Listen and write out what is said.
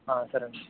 సరే అండి